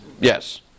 Yes